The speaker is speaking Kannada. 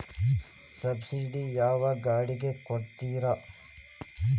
ಸಬ್ಸಿಡಿ ಯಾವ ಗಾಡಿಗೆ ಕೊಡ್ತಾರ?